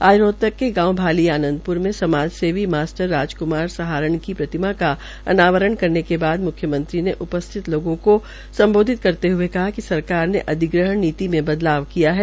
आज रोहतक के गांव भाली आनंदप्रा में समाजसेवी मास्टर राजक्मार सहारण की प्रतिमा का अनावरण करने के बाद म्ख्यमंत्री ने उपस्थित लोगों को सम्बोधित करते हुए कहा कि सरकार ने अधिग्रहण नीति में बदलाव किया है